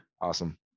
Awesome